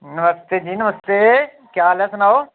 नमस्ते जी नमस्ते केह् हाल ऐ सुनाओ